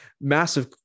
massive